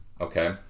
okay